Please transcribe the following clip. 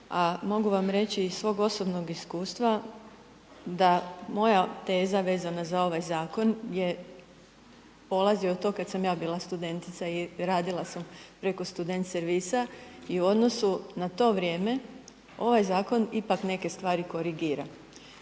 A mogu vam reći iz svog osobnog iskustva, da moja teza vezana za ovaj zakon je, polazi od toga kada sam ja bila studentica i radila sam preko student servisa. I u odnosu na to vrijeme ovaj zakon ipak neke stvari korigira.